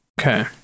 Okay